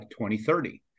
2030